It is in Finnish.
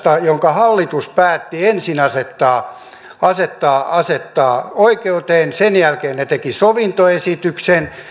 jonka hallitus päätti ensin asettaa asettaa oikeuteen sen jälkeen he tekivät sovintoesityksen ja